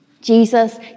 Jesus